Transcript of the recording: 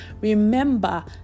remember